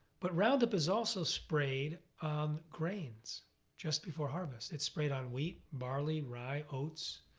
but roundup is also sprayed on grains just before harvest. it's sprayed on wheat, barley, rye, oats.